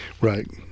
right